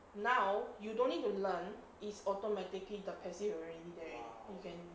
now you don't need to learn is automatically the passive already there you can